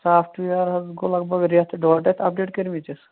soft ware حظ گوٚو لَگ بَگ ریٚتھ ڈۄڈ ریٚتھ اَپڈیٹ کٔرۍ مٕتِس